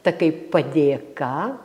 ta kaip padėka